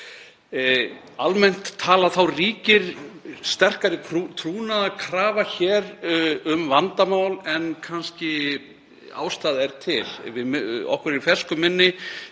Almennt talað ríkir sterkari trúnaðarkrafa hér um vandamál en kannski er ástæða til. Okkur eru í fersku minni